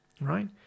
Right